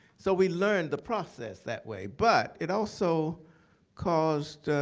so we learned the process that way, but it also caused,